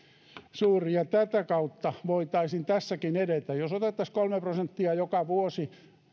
suuri ja tätä kautta voitaisiin tässäkin edetä jos otettaisiin kolme prosenttia joka vuosi